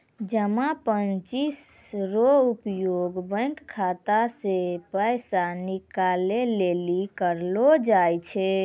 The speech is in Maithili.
जमा पर्ची रो उपयोग बैंक खाता से पैसा निकाले लेली करलो जाय छै